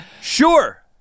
sure